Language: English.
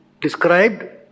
described